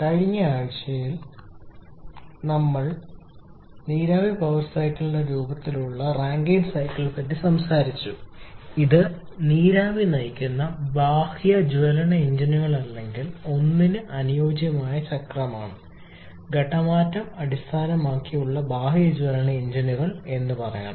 കഴിഞ്ഞ ആഴ്ചയിൽ നമ്മൾ നീരാവി പവർ സൈക്കിളിന്റെ രൂപത്തിൽ ഉള്ള റാങ്കൈൻ സൈക്കിൾ പറ്റി സംസാരിച്ചു ഇത് നീരാവി നയിക്കുന്ന ബാഹ്യ ജ്വലന എഞ്ചിനുകൾ അല്ലെങ്കിൽ I ന് അനുയോജ്യമായ ചക്രമാണ് ഘട്ടം മാറ്റം അടിസ്ഥാനമാക്കിയുള്ള ബാഹ്യ ജ്വലന എഞ്ചിനുകൾ എന്ന് പറയണം